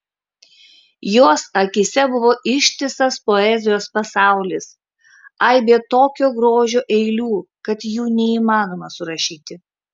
jos akyse buvo ištisas poezijos pasaulis aibė tokio grožio eilių kad jų neįmanoma surašyti